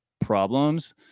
problems